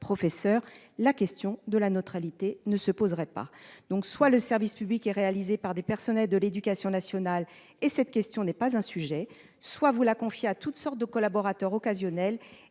professeurs, la question de la neutralité ne se poserait pas. Soit le service public est assuré par des personnels de l'éducation nationale et cette question n'est pas un sujet, soit vous le confiez à toutes sortes de collaborateurs occasionnels